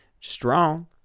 strong